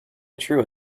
true